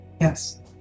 Yes